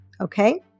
okay